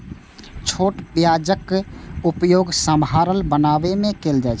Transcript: छोट प्याजक उपयोग सांभर बनाबै मे कैल जाइ छै